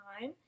time